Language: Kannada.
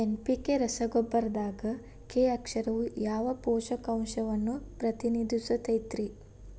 ಎನ್.ಪಿ.ಕೆ ರಸಗೊಬ್ಬರದಾಗ ಕೆ ಅಕ್ಷರವು ಯಾವ ಪೋಷಕಾಂಶವನ್ನ ಪ್ರತಿನಿಧಿಸುತೈತ್ರಿ?